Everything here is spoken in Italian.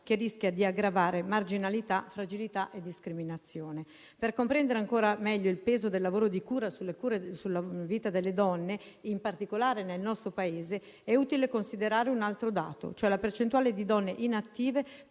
che rischia di aggravare marginalità, fragilità e discriminazione. Per comprendere ancora meglio il peso del lavoro di cura sulla vita delle donne in particolare nel nostro Paese, è utile considerare un altro dato: la percentuale di donne inattive